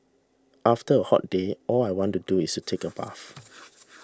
after a hot day all I want to do is take a bath